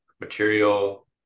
material